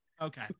Okay